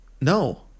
No